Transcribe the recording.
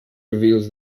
reveals